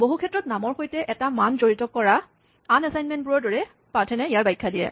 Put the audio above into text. বহুক্ষেত্ৰত নামৰ সৈতে এটা মান জড়িত কৰা আন এচাইনমেন্টবোৰৰ দৰেই পাইথনে ইয়াৰ বাখ্যা দিয়ে